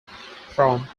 from